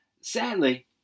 Sadly